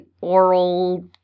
oral